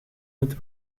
het